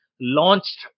Launched